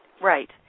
right